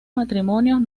matrimonios